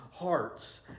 hearts